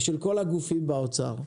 ושל כל הגופים באוצר,